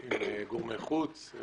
גורמי חוץ.